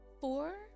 four